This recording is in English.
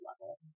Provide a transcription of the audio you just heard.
level